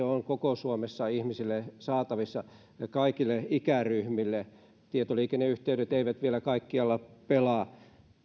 on koko suomessa kaikille ihmisille ja kaikille ikäryhmille saatavissa tietoliikenneyhteydet eivät vielä kaikkialla pelaa